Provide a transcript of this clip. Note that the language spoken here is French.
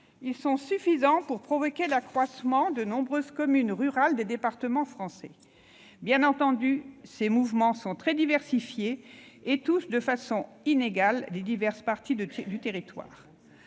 flux sont suffisants pour provoquer l'accroissement de nombreuses communes rurales des départements français. Bien entendu, ces mouvements sont très diversifiés et touchent de façon inégale les diverses parties du territoire.